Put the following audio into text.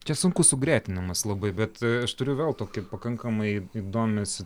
čia sunkus sugretinamas labai bet aš turiu vėl tokį pakankamai įdomią